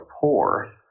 poor